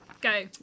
go